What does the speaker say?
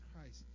Christ